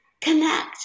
connect